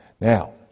Now